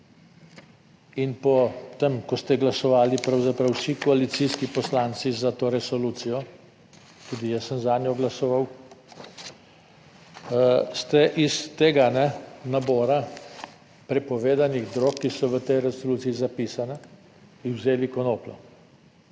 in po tem, ko ste glasovali pravzaprav vsi koalicijski poslanci za to resolucijo, tudi jaz sem zanjo glasoval, ste iz tega nabora prepovedanih drog, ki so v tej resoluciji zapisane, vzeli konopljo.